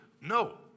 no